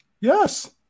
Yes